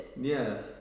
Yes